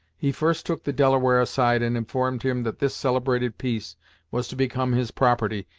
he first took the delaware aside, and informed him that this celebrated piece was to become his property,